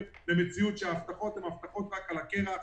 למציאות שההבטחות הן הבטחות רק על הקרח.